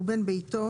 שהוא בן ביתו,